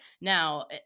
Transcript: now